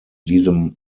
diesem